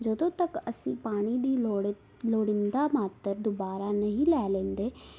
ਜਦੋਂ ਤੱਕ ਅਸੀਂ ਪਾਣੀ ਦੀ ਲੋੜ ਲੋੜੀਂਦਾ ਮਾਤਰਾ ਦੁਬਾਰਾ ਨਹੀਂ ਲੈ ਲੈਂਦੇ